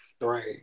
Right